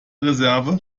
reserve